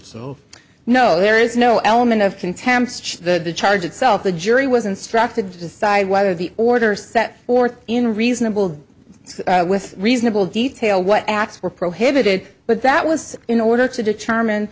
so no there is no element of contempt for the charge itself the jury was instructed to decide whether the order set forth in reasonable with reasonable detail what acts were prohibited but that was in order to determine